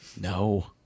No